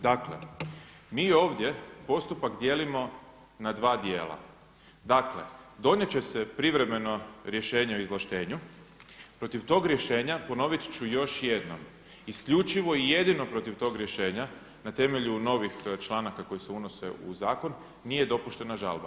Dakle, mi ovdje postupak dijelimo na dva dijela, dakle donijet će se privremeno rješenje o izvlaštenju, protiv tog rješenja, ponovit ću još jednom, isključivo i jedino protiv tog rješenja na temelju novih članaka koje se unose u zakon nije dopuštena žalba.